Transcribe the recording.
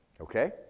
okay